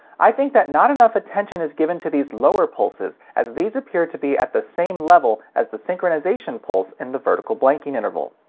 i think that not enough attention is given to these lower pulses, as these appear to be at the same level as the synchronization pulse in the vertical blanking interval.